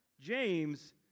James